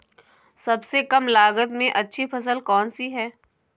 सबसे कम लागत में अच्छी फसल कौन सी है?